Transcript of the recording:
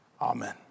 Amen